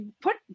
put